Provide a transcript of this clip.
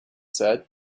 said